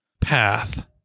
path